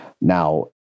Now